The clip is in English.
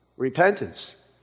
Repentance